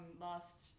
last